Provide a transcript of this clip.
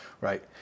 right